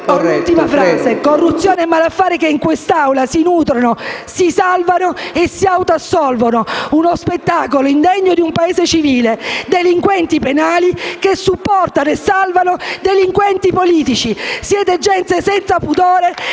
CATALFO *(M5S)*. Corruzione e malaffare, in quest'Aula, si nutrono, si salvano e si autoassolvono: uno spettacolo indegno per un Paese civile! Delinquenti penali supportano (e salvano) delinquenti politici. Siete gente senza pudore